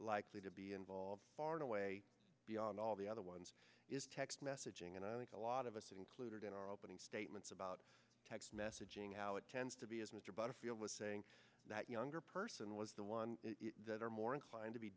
likely to be involved far and away beyond all the other ones is text messaging and i think a lot of us included in our opening statements about text messaging how it tends to be as mr butterfield was saying that younger person was the one that are more inclined to be